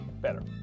better